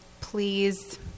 please